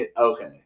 Okay